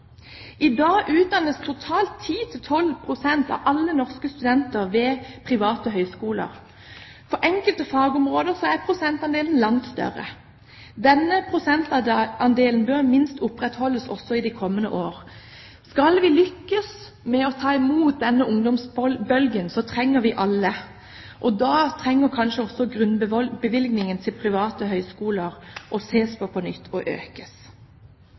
I dag utdannes totalt 10–12 pst. av alle norske studenter ved private høyskoler. For enkelte fagområder er prosentandelen langt større. Denne prosentandelen bør minst opprettholdes også i de kommende år. Skal vi lykkes med å ta imot ungdomsbølgen, trenger vi alle, og da trenger vi kanskje på nytt å se på om grunnbevilgningen til private høyskoler må økes.